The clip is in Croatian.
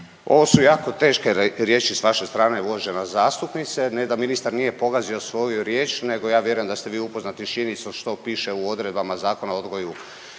Ovo su jako teške riječi s vaše strane uvažena zastupnice, jer ne da ministar nije pogazio svoju riječ, nego ja vjerujem da ste vi upoznati sa činjenicom što piše u odredbama Zakona o odgoju